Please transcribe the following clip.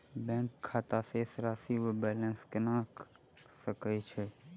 Bank खाता शेष राशि वा बैलेंस केना कऽ सकय छी?